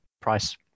price